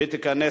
נתקבל.